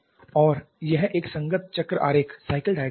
और यह एक संगत चक्र आरेख है